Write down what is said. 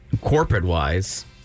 corporate-wise